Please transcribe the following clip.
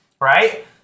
Right